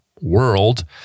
world